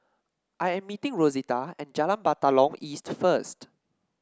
I am meeting Rosita at Jalan Batalong East first